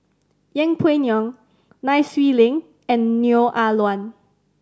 Yeng Pway Ngon Nai Swee Leng and Neo Ah Luan